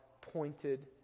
pointed